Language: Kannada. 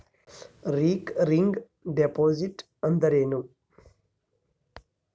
ರಿಕರಿಂಗ್ ಡಿಪಾಸಿಟ್ ಅಂದರೇನು?